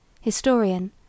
historian